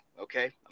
okay